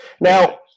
Now